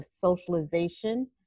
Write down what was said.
socialization